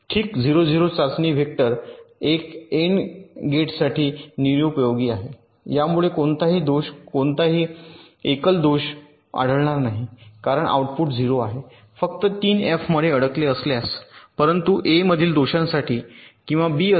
ठीक 0 0 चाचणी वेक्टर एक एन्ड गेटसाठी निरुपयोगी आहे यामुळे कोणताही दोष कोणताही एकल दोष आढळणार नाही कारण आउटपुट 0 आहे फक्त 1 एफ मध्ये अडकले असल्यास परंतु A मधील दोषांसाठी किंवा बी असेल